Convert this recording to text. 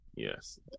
Yes